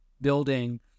building